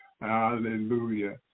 Hallelujah